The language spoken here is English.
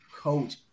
coach